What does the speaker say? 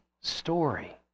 story